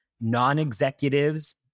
non-executives